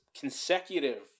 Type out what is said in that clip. consecutive